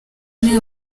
bane